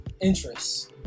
interests